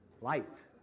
Light